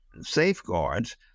safeguards